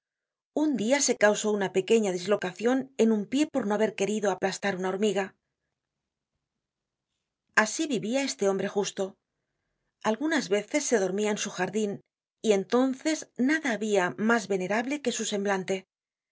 un dia se causó una pequeña dislocacion en un pié por no haber querido aplastar una hormiga asi vivia este hombre justo algunas veces se dormia en su jardin y entonces nada habia mas venerable que su semblante si